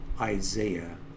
Isaiah